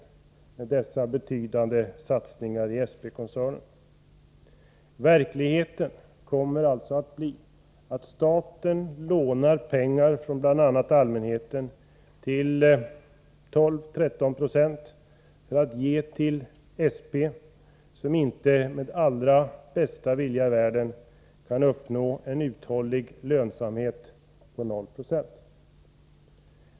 Hur rimmar det kravet med dessa betydande satsningar i SP-koncernen? Verkligheten kommer alltså att bli den, att staten lånar pengar från bl.a. allmänheten till 12-13 26 ränta för att ge till SP, som inte med allra bästa vilja i världen kan uppnå en varaktig lönsamhet på 0 96.